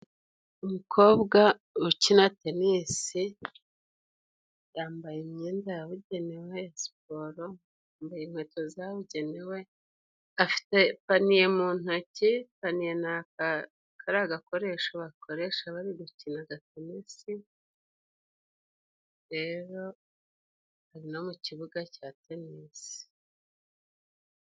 Umukobwa ukina tenisi, yambaye imyenda yabugenewe ya siporo, yambaye inkweto zabugenewe, afite paniye mu ntoki, panaye ni kariya gakoresho bakoresha bari gukinaga tenisi, rero ari no mu kibuga cya tenisi.